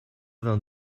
vingt